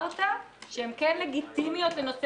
טען שההסתייגות שלנו לגבי שרים שאינם חברי